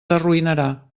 arruïnarà